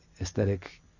aesthetic